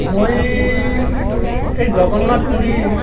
মই এই জগন্নাথ পুৰী